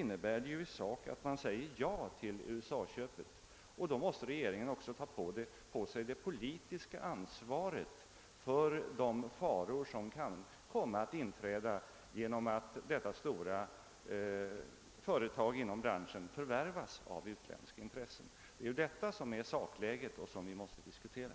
innebär det nämligen i sak att den säger ja till USA-köpet, och då måste den också ta på sig det politiska ansvaret för de faror, som kan komma att inträda genom att detta stora företag inom branschen förvärvas av utländska intressen. Detta är det sakläge som vi måste diskutera.